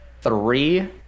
three